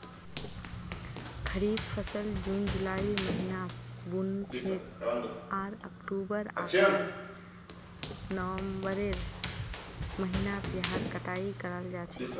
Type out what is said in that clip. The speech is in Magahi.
खरीफ फसल जून जुलाइर महीनात बु न छेक आर अक्टूबर आकर नवंबरेर महीनात यहार कटाई कराल जा छेक